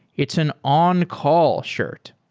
it's an on-call shirt.